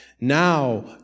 Now